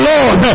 Lord